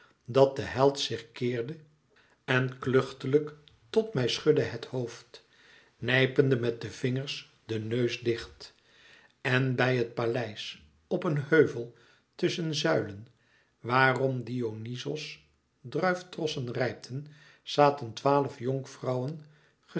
dat de held zich keerde en kluchtiglijk tot mij schudde het hoofd nijpende met de vingers de neus dicht en bij het paleis op een heuvel tusschen zuilen waarom dionyzos druiftrossen rijpten zaten twaalf jonkvrouwen